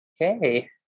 Okay